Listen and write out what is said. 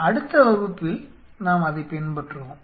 அடுத்த வகுப்பில் நாம் அதைப் பின்பற்றுவோம்